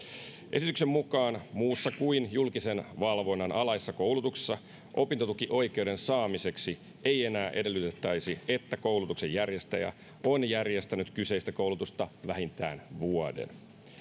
esityksen mukaan muussa kuin julkisen valvonnan alaisessa koulutuksessa opintotukioikeuden saamiseksi ei enää edellytettäisi että koulutuksen järjestäjä on järjestänyt kyseistä koulutusta vähintään vuoden